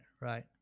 right